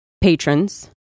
patrons